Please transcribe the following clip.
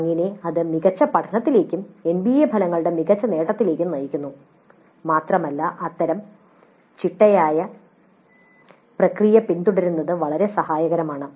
അങ്ങനെ ഇത് മികച്ച പഠനത്തിലേക്കും എൻബിഎ ഫലങ്ങളുടെ മികച്ച നേട്ടത്തിലേക്കും നയിക്കുന്നു മാത്രമല്ല അത്തരം ചിട്ടയായ പ്രക്രിയ പിന്തുടരുന്നത് വളരെ സഹായകരമാണ്